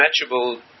unmatchable